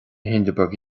hindeberg